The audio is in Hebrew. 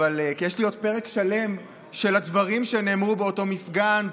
כי יש לי עוד פרק שלם של הדברים שנאמרו באותו מפגן,